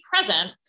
present